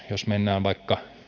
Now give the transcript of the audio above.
jos vaikka